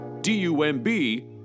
D-U-M-B